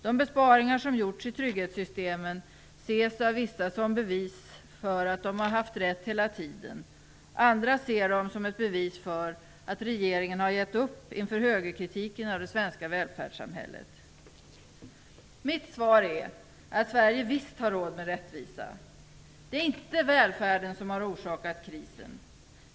De besparingar som gjorts i trygghetssystemen ses av vissa som bevis för att de hela tiden haft rätt. Andra ser dem som ett bevis för att regeringen har gett upp inför högerkritiken av det svenska välfärdssamhället. Mitt svar är att Sverige visst har råd med rättvisa. Det är inte välfärden som har orsakat krisen.